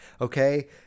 Okay